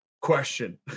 question